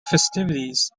festivities